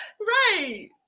Right